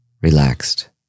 relaxed